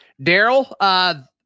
Daryl